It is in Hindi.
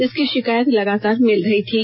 इसकी शिकायत लगातार मिल रही थी